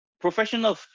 professional